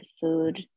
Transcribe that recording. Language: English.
food